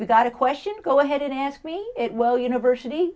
i got a question go ahead and ask me it well university